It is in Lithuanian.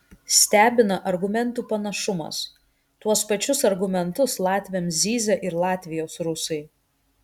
stebina argumentų panašumas tuos pačius argumentus latviams zyzia ir latvijos rusai